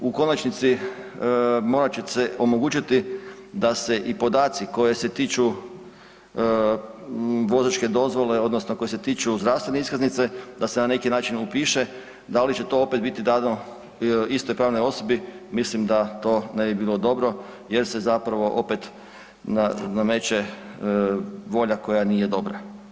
U konačnici morat će se omogućiti da se i podaci koje se tiču vozačke dozvole odnosno koji se tiču zdravstvene iskaznice da se na neki način upiše da li će to opet biti dano istoj pravnoj osobi, mislim da to ne bi bilo dobro jer se zapravo opet nameće volja koja nije dobra.